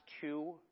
two